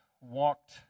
walked